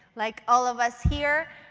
like all of us here,